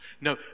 No